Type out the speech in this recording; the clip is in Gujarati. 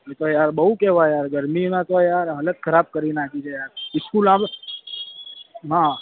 એ તો યાર બહુ કહેવાય યાર ગરમીના તો યાર હાલત ખરાબ કરી નાખી છે યાર સ્કૂલ આવ